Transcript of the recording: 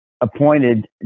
appointed